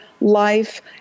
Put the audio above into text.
life